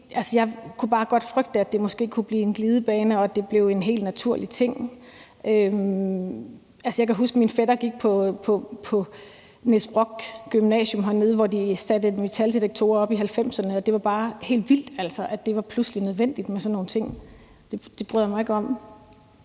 godt kunne frygte, at det måske kunne blive en glidebane, og at det blev en helt naturlig ting. Jeg kan huske, da min fætter gik på gymnasiet på Niels Brock i 1990'erne, hvor de satte metaldetektorer op – det var bare helt vildt, at det pludselig var nødvendigt med sådan nogle ting. Det bryder jeg mig ikke om.